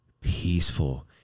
peaceful